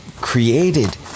created